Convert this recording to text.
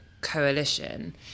coalition